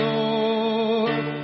Lord